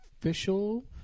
official